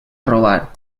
robar